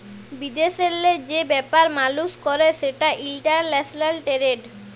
বিদেশেল্লে যে ব্যাপার মালুস ক্যরে সেটা ইলটারল্যাশলাল টেরেড